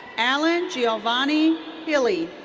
allan giovanni hilley.